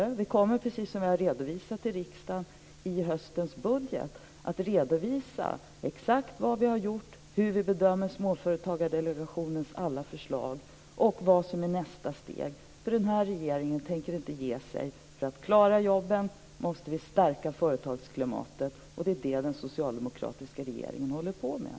I höstens budget kommer vi, precis som jag har redovisat i riksdagen, att redovisa exakt vad vi har gjort, hur vi bedömer Småföretagsdelegationens alla förslag och vad som är nästa steg. Den här regeringen tänker nämligen inte ge sig. För att vi skall klara jobben måste vi stärka företagsklimatet. Och det är det som den socialdemokratiska regeringen håller på med.